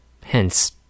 hence